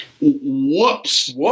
whoops